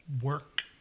work